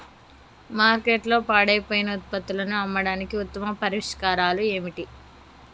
మార్కెట్లో పాడైపోయిన ఉత్పత్తులను అమ్మడానికి ఉత్తమ పరిష్కారాలు ఏమిటి?